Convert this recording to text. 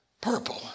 Purple